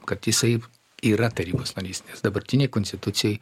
kad jisai yra tarybos narys nes dabartinėj konstitucijoj